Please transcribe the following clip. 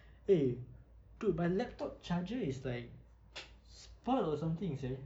eh dude my laptop charger is like spoilt or something [sial]